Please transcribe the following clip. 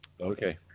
Okay